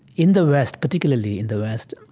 in the west, particularly in the west.